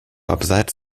abseits